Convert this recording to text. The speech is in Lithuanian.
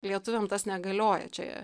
lietuviam tas negalioja čia